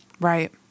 Right